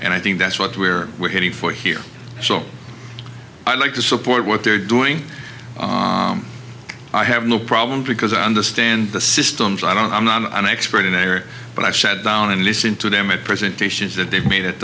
and i think that's what we're waiting for here still i like to support what they're doing i have no problem because i understand the systems i don't i'm not an expert in air but i sat down and listen to them and presentations that they've made it